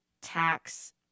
tax